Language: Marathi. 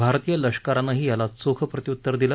भारतीय लष्करानंही याला चोख प्रत्य्तर दिलं